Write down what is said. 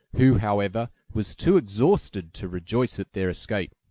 who, however, was too exhausted to rejoice at their escape.